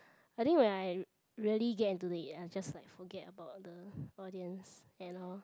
I think when I really get into it I just like forget about the audience and all